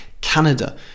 Canada